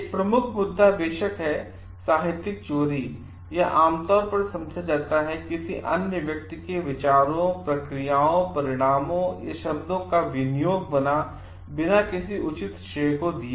एक प्रमुख मुद्दा बेशक है साहित्यिक चोरी यह आमतौर पर समझा जाता है किसी अन्य व्यक्ति के विचारों प्रक्रियाओं परिणामों या शब्दों का विनियोगबिना किसी उचित श्रेय को दिए